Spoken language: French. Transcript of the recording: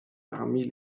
parmi